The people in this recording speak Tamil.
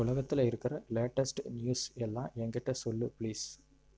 உலகத்தில் இருக்கிற லேட்டஸ்ட் நியூஸ் எல்லாம் ஏங்கிட்ட சொல்லு ப்ளீஸ்